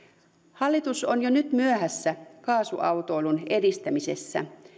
hallitus on jo nyt myöhässä kaasuautoilun edistämisessä